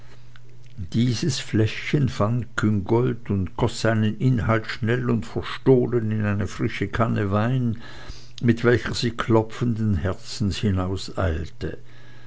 dieses fläschchen fand küngolt und goß seinen inhalt schnell und verstohlen in eine frische kanne wein mit welcher sie klopfenden herzens